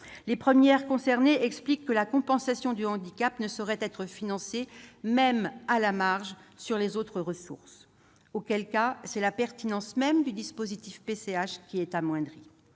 Les premiers concernés expliquent que la compensation du handicap ne saurait être financée, même à la marge, sur leurs autres ressources. Dans ce cas, c'est la pertinence même du dispositif PCH qui est amoindrie.